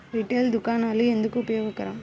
Retail దుకాణాలు ఎందుకు ఉపయోగకరం?